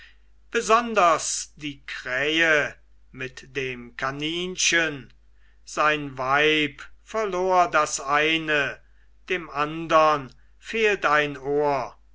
besonders die krähe mit dem kaninchen sein weib verlor das eine dem andern fehlt ein ohr